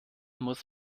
muss